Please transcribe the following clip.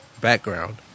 background